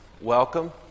welcome